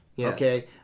Okay